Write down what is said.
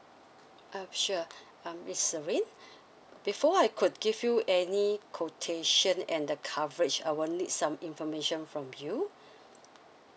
uh sure um miss celine before I could give you any quotation and the coverage I will need some information from you